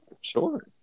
Sure